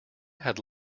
had